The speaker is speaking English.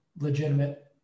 legitimate